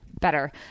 better